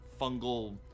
fungal